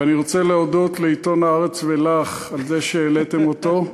ואני רוצה להודות לעיתון "הארץ" ולך על זה שהעליתם אותו.